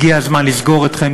הגיע הזמן לסגור אתכם,